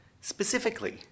Specifically